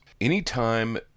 Anytime